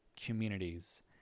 communities